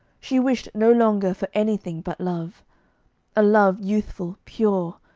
she wished no longer for anything but love a love youthful, pure,